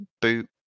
boot